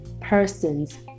persons